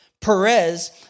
Perez